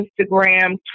Instagram